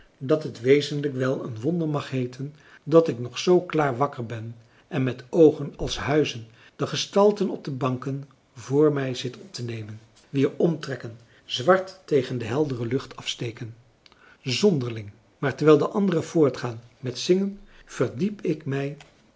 dat het wezenlijk wel een wonder mag heeten dat ik nog zoo klaar wakker ben en met oogen als huizen de gestalten op de banken vr mij zit op te nemen wier omtrekken zwart tegen de heldere lucht afsteken zonderling maar terwijl de anderen voortgaan met zingen